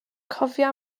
cofia